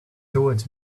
towards